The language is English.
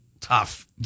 tough